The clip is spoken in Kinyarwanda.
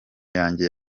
yanjye